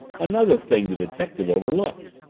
another thing the detective overlooked.